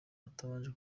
atabanje